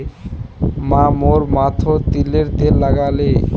माँ मोर माथोत तिलर तेल लगाले